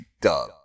duh